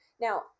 Now